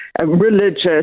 religious